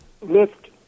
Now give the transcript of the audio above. lift